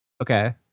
Okay